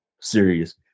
serious